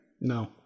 No